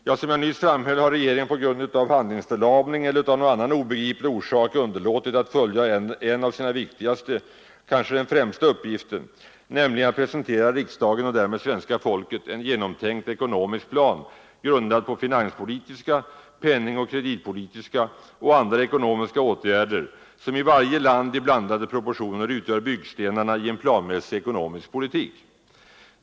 Ja, som jag nyss framhöll har regeringen på grund av handlingsförlamning eller av en annan obegriplig orsak underlåtit att fullgöra en av sina viktigaste — kanske den främsta — uppgifter, nämligen att presentera riksdagen och därmed svenska folket en genomtänkt ekonomisk plan, grundad på finanspolitiska, penningoch kreditpolitiska och andra ekonomiska åtgärder som i varje land i blandade proportioner utgör byggstenarna i en planmässig ekonomisk politik.